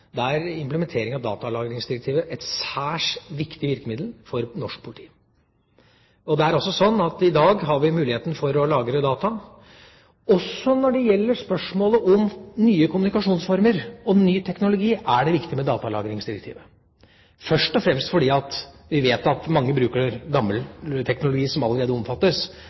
er implementeringen av datalagringsdirektivet et særs viktig virkemiddel for norsk politi. Det er også sånn at i dag har vi muligheten til å lagre data. Også når det gjelder spørsmålet om nye kommunikasjonsformer og ny teknologi, er det viktig med datalagringsdirektivet, først og fremst fordi vi vet at mange bruker gammel teknologi som allerede omfattes.